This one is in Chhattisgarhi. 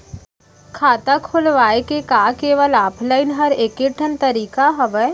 खाता खोलवाय के का केवल ऑफलाइन हर ऐकेठन तरीका हवय?